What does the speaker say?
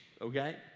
okay